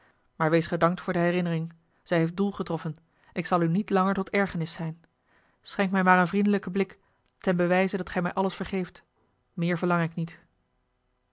maar wees gedankt voor de herinnering zij heeft doel getroffen ik zal u niet langer tot ergernis zijn schenk mij maar een vriendelijken blik ten bewijze dat gij mij alles vergeeft meer verlang ik niet